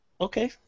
Okay